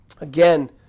Again